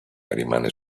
rimane